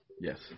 Yes